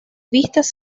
vistas